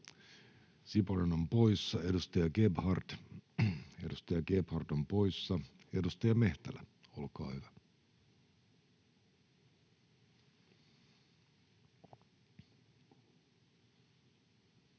Siponen on poissa, edustaja Gebhard on poissa. — Edustaja Mehtälä, olkaa hyvä.